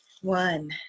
one